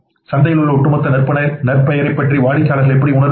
சந்தையில் உள்ள ஒட்டுமொத்த நற்பெயரைப் பற்றி வாடிக்கையாளர்கள் எப்படி உணருகிறார்கள்